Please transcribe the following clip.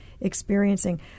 experiencing